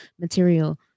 Material